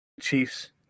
Chiefs